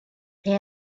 they